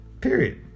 Period